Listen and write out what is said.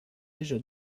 déjà